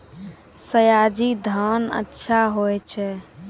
सयाजी धान अच्छा होय छै?